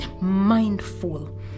mindful